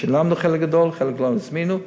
שילמנו חלק גדול, חלק כבר הזמינו.